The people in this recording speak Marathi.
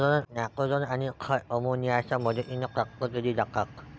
नायट्रोजन आणि खते अमोनियाच्या मदतीने प्राप्त केली जातात